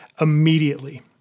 immediately